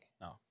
No